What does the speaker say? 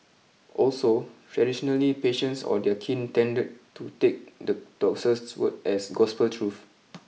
also traditionally patients or their kin tended to take the doctor's word as gospel truth